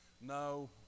No